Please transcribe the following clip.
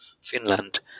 Finland